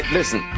listen